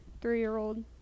three-year-old